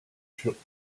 furent